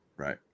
Right